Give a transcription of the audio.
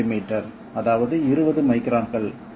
02 millimetre அதாவது 20 மைக்ரான்கள்